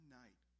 night